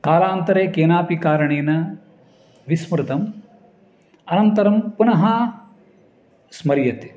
कालान्तरे केनापि कारणेन विस्मृतम् अनन्तरं पुनः स्मर्यते